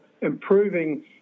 improving